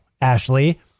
Ashley